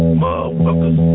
motherfuckers